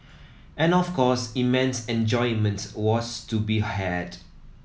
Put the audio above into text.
and of course immense enjoyment was to be had